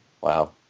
Wow